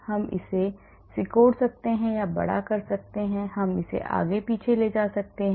हम इसे सिकोड़ सकते हैं या बड़ा कर सकते हैं हम इसे आगे या पीछे ले जा सकते हैं